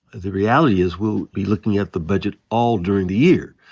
the reality is we'll be looking at the budget all during the year.